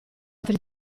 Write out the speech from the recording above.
altri